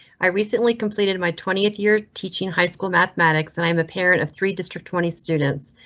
i recently completed my twentieth year teaching high school mathematics and i'm a parent of three district twenty students.